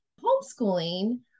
homeschooling